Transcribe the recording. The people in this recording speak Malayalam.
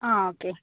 ആ ഓക്കേ